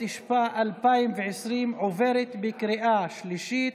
התשפ"א 2020, עוברת בקריאה שלישית,